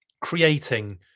creating